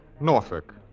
Norfolk